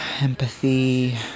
empathy